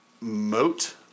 Moat